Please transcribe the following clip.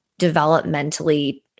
developmentally